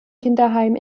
kinderheim